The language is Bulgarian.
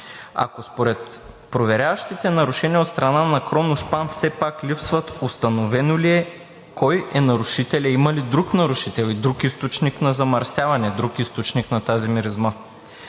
Ако според проверяващите нарушения от страна на „Кроношпан“ все пак липсват, установено ли е кой е нарушителят, има ли друг нарушител и друг източник на замърсяване, друг източник на тази миризма?